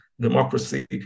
democracy